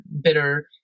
bitter